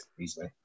Easily